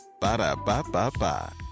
Ba-da-ba-ba-ba